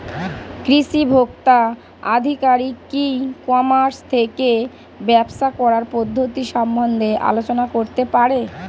কৃষি ভোক্তা আধিকারিক কি ই কর্মাস থেকে ব্যবসা করার পদ্ধতি সম্বন্ধে আলোচনা করতে পারে?